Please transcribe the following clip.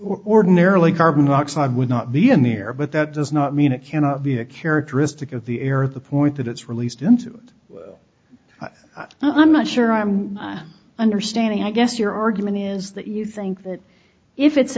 ordinarily carbon dioxide would not be in the air but that does not mean it cannot be a characteristic of the air at the point that it's released into i'm not sure i'm understanding i guess your argument is that you think that if it's